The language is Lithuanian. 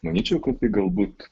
manyčiau kad tai galbūt